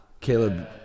Caleb